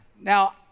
Now